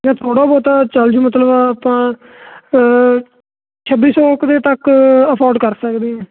ਜਾਂ ਥੋੜ੍ਹਾ ਬਹੁਤਾ ਚਲ ਜੂ ਮਤਲਬ ਆਪਾਂ ਛੱਬੀ ਸੌ ਕੁ ਦੇ ਤੱਕ ਅਫੋਡ ਕਰ ਸਕਦੇ ਹਾਂ